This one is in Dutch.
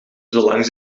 zolang